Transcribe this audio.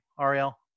Ariel